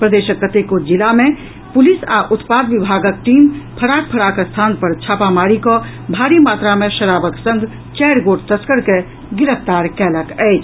प्रदेशक कतेको जिला मे पुलिस आ उत्पाद विभागक टीम फराक फराक स्थान पर छापामारी कऽ भारी मात्रा मे शराबक संग चारि गोट तस्कर के गिरफ्तार कयलक अछि